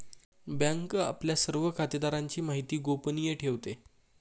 bank आपल्या सर्व खातेदारांची माहिती गोपनीय ठेवते